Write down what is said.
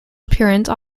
appearance